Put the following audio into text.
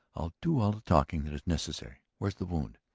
i'll do all the talking that is necessary. where is the wound?